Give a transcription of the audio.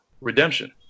redemption